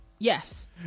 Yes